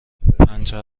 پنچر